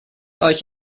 euch